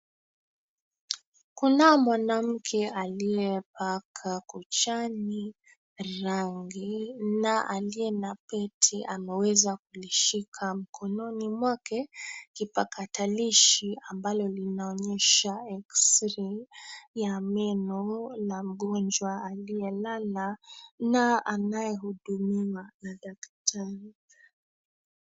Kuna mwanamke aliyepaka kuchani rangi na aliye na pete ameweza kulishika mkononi mwake kipakatalishi ambalo linaonyesha X-ray ya meno la mgonjwa aliyelala na anayehudumiwa na daktari.